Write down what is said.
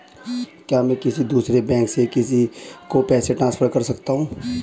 क्या मैं किसी दूसरे बैंक से किसी को पैसे ट्रांसफर कर सकती हूँ?